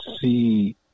see